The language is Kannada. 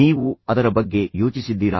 ನೀವು ಅದರ ಬಗ್ಗೆ ಯೋಚಿಸಿದ್ದೀರಾ